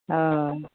अह